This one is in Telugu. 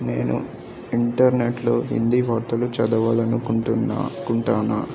నేను ఇంటర్నెట్లో హిందీ వార్తలు చదవాలి అనుకుంటున్నాను